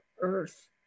earth